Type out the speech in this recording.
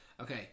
Okay